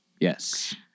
Yes